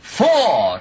four